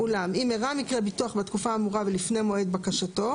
'אולם אם אירע מקרה ביטוח בתקופה האמורה ולפני מועד בקשתו,